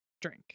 drink